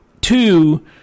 Two